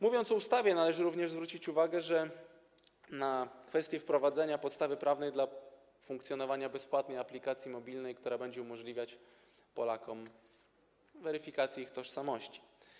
Mówiąc o ustawie, należy zwrócić uwagę na kwestię wprowadzenia podstawy prawnej funkcjonowania bezpłatnej aplikacji mobilnej, która będzie umożliwiać Polakom weryfikację ich tożsamości.